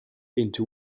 into